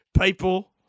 People